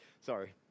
Sorry